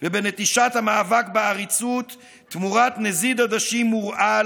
ובנטישת המאבק בעריצות תמורת נזיד עדשים מורעל